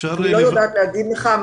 אני לא יודעת לומר לך.